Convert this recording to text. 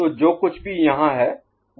तो जो कुछ भी यहाँ है वह यही है